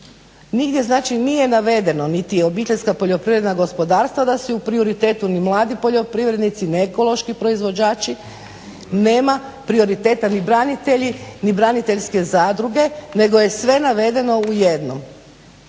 Nigdje znači nije navedeno, niti OPG-i da su u prioritetu, ni mladi poljoprivrednici, neekološki proizvođači nema prioriteti, ni branitelji, ni braniteljske zadruge, nego je sve navedeno u jednom.